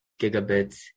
gigabits